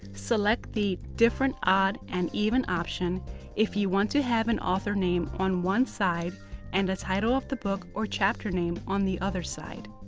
select the different odd and even option if you want to have an author name on one side and the title of the book or chapter name on the other side.